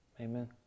Amen